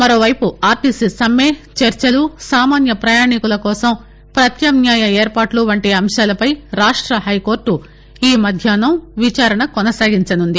మరోవైపు ఆర్టీసీ సమ్మె చర్చలు సామాన్య పయాణికుల కోసం వత్యామ్నాయ ఏర్పాట్ల వంటి అంశాలపై రాష్ట హైకోర్ట ఈ మధ్యాహ్నం విచారణకొనసాగించనుంది